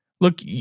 Look